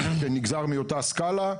שנגזר מאותה סקלה,